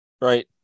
Right